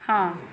ਹਾਂ